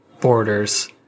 borders